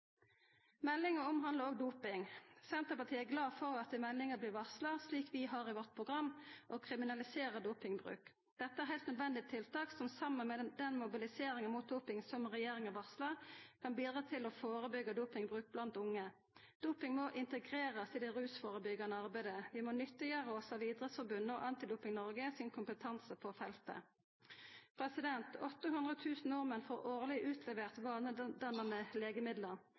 Meldinga omhandlar òg doping. Senterpartiet er glad for at det i meldinga blir varsla – som vi òg har i vårt program – at ein vil kriminalisera dopingbruk. Dette er heilt nødvendige tiltak som saman med mobiliseringa mot doping som regjeringa varslar, kan bidra til å førebyggja dopingbruk blant unge. Doping må integrerast i det rusførebyggjande arbeidet. Vi må nyttiggjera oss av Idrettsforbundet og Antidoping Norge sin kompetanse på feltet. 800 000 nordmenn får årleg